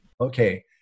okay